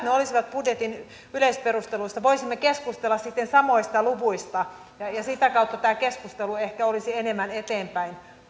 ne olisivat budjetin yleisperusteluissa voisimme keskustella sitten samoista luvuista ja sitä kautta tämä keskustelu ehkä olisi enemmän eteenpäin